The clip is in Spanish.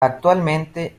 actualmente